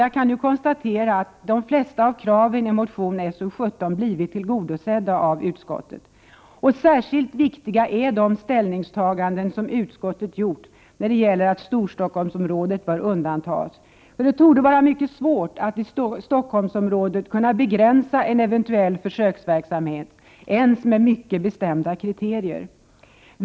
Jag kan nu konstatera att de flesta av kraven i motion So17 blivit tillgodosedda av utskottet. Särskilt viktiga är de ställningstaganden utskottet gjort när det gäller att Storstockholmsområdet bör undantas. Det torde vara mycket svårt att i Stockholmsområdet kunna begränsa en eventuell försöksverksamhet ens med mycket bestämda kriterier.